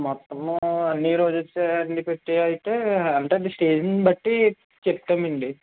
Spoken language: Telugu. మొత్తము అన్నీ రోజెస్ అన్నీ పెట్టి అయితే అంటే అది స్టేజ్ని బట్టి చెప్తామండి